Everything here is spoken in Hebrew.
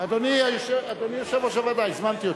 אדוני יושב-ראש הוועדה, הזמנתי אותך.